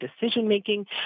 decision-making